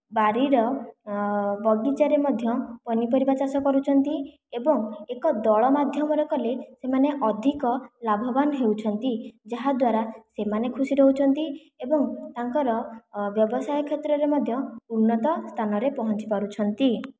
ବାରିର ବଗିଚାରେ ମଧ୍ୟ ପନିପରିବା ଚାଷ କରୁଛନ୍ତି ଏବଂ ଏକ ଦଳ ମାଧ୍ୟମରେ କଲେ ସେମାନେ ଅଧିକ ଲାଭବାନ ହେଉଛନ୍ତି ଯାହା ଦ୍ୱାରା ସେମାନେ ଖୁସି ରହୁଛନ୍ତି ଏବଂ ତାଙ୍କର ବ୍ୟବସାୟ କ୍ଷେତ୍ରରେ ମଧ୍ୟ ଉନ୍ନତ ସ୍ଥାନରେ ପହଞ୍ଚିପାରୁଛନ୍ତି